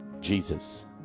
Jesus